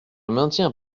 maintiens